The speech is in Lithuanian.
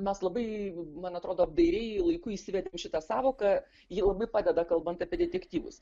mes labai man atrodo apdairiai laiku įsivedėm šitą sąvoką ji labai padeda kalbant apie detektyvus